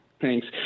Thanks